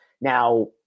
Now